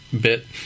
bit